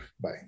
Bye